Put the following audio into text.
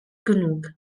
genug